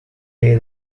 day